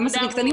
גם עסקים קטנים.